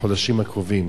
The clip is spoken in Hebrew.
בחודשים הקרובים.